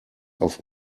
auf